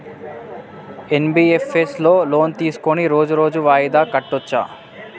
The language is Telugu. ఎన్.బి.ఎఫ్.ఎస్ లో లోన్ తీస్కొని రోజు రోజు వాయిదా కట్టచ్ఛా?